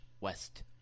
West